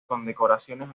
condecoraciones